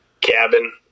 cabin